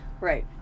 Right